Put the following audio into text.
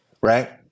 right